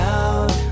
out